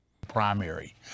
Primary